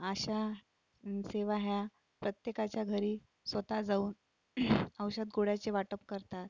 आशा सेवा ह्या प्रत्येकाच्या घरी स्वतः जाऊन औषध गोळ्याचे वाटप करतात